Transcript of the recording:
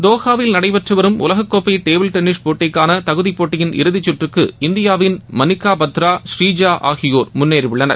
தோஹாவில் நடைபெற்று வரும் உலகக்கோப்பை டேபிள் டென்னிஸ் போட்டிக்காள தகுதி போட்டியின் இறுதிச்சுற்றுக்கு இந்தியாவின் மணிக்காபத்ரா ஸ்ரீஜா ஆகியோர் முன்னேறியுள்ளனர்